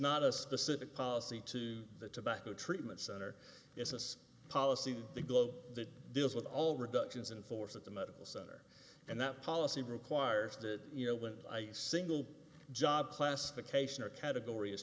not a specific policy to the tobacco treatment center is a policy in the globe that deals with all reductions in force at the medical center and that policy requires that you know when i single job plastic casing or category